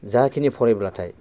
जाखिनि फरायब्लाथाय